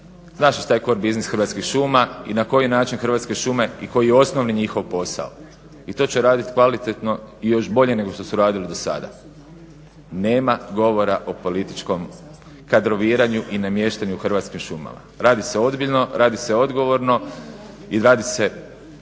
Znaš li šta je CORE biznis Hrvatskih šuma i na koji način Hrvatske šume i koji je osnovni njihov posao i to će raditi kvalitetno i još bolje nego što su radili do sada. Nema govora o političkom kadroviranju i namještanju Hrvatskih šuma. Radi se ozbiljno, radi se odgovorno i radi se